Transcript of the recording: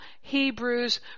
Hebrews